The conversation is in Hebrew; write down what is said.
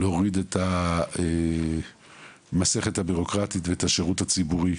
להוריד את מסכת הסבל שגורמים הבירוקרטיה והשירות הציבורי,